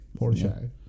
Porsche